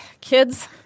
kids